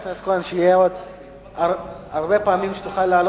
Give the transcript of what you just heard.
חבר הכנסת כהן,